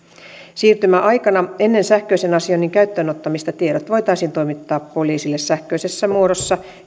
siirtymäaikana ennen sähköisen asioinnin käyttöön ottamista tiedot voitaisiin toimittaa poliisille sähköisessä muodossa